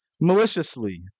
maliciously